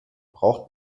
braucht